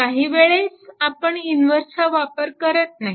काही वेळेस आपण इनव्हर्सचा वापर करत नाही